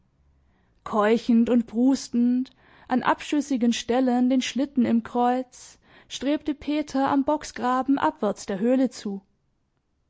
keuchend und prustend an abschüssigen stellen den schlitten im kreuz strebte peter am bocksgraben abwärts der höhle zu